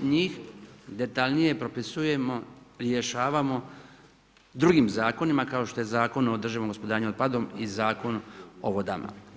njih detaljnije propisujemo, rješavamo drugim zakonima kao što je Zakon o održivom gospodarenju otpadom i Zakon o vodama.